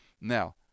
Now